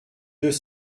deux